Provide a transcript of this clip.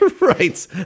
Right